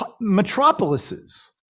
metropolises